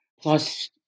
plus